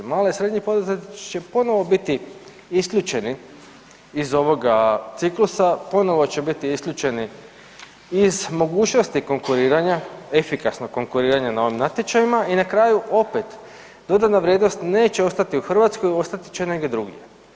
Mali i srednji poduzetnici će ponovo biti isključeni iz ovoga ciklusa, ponovo će biti isključeni iz mogućnosti konkuriranja, efikasnog konkuriranja na ovim natječajima i na kraju opet dodana vrijednost neće ostati u Hrvatskoj, ostat će negdje drugdje.